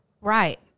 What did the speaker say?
Right